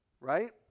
right